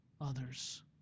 others